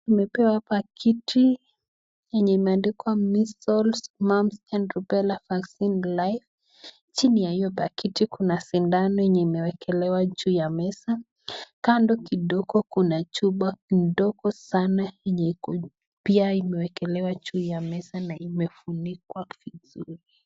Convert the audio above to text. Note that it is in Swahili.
Tumepewa hapa kiti yenye imeandikwa Measles, Mumps and Rubella vaccine live . Chini ya hiyo pakiti kuna sindano yenye imewekelewa juu ya meza. Kando kidogo kuna chupa ndogo sana yenye iko pia imewekelewa juu ya meza na imefunikwa vizuri.